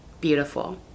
beautiful